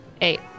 Eight